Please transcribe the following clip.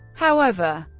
however,